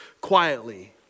quietly